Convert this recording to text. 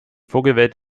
vogelwelt